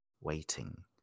waiting